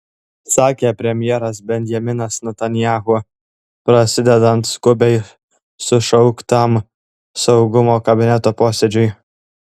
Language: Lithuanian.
sakė premjeras benjaminas netanyahu prasidedant skubiai sušauktam saugumo kabineto posėdžiui